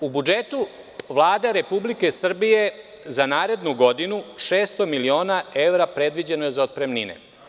U budžetu, Vlada Republike Srbije za narednu godinu, 600 miliona evra predviđeno je za otpremnine.